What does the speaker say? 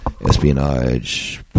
Espionage